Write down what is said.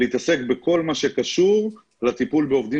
והתעסק בכל מה שקשור לטיפול בעובדים